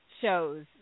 shows